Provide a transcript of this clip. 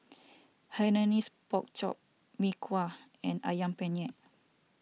Hainanese Pork Chop Mee Kuah and Ayam Penyet